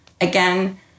again